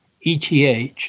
ETH